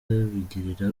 bigirira